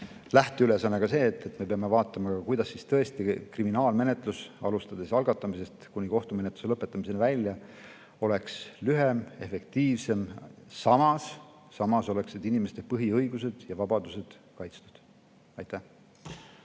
lähteülesanne ka see, et me peame vaatama, kuidas kriminaalmenetlus, alustades algatamisest kuni kohtumenetluse lõpetamiseni välja, oleks lühem, efektiivsem, samas oleksid inimeste põhiõigused ja vabadused kaitstud. Aitäh!